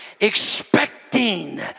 Expecting